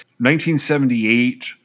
1978